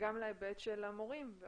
גם להיבט של המורים.